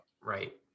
Right